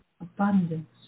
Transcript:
abundance